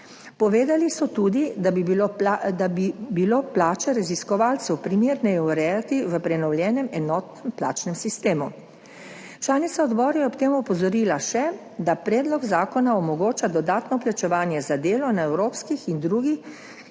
Povedali so tudi, da bi bilo plače raziskovalcev primerneje urejati v prenovljenem enotnem plačnem sistemu. Članica odbora je ob tem opozorila še, da predlog zakona omogoča dodatno plačevanje za delo na evropskih in drugih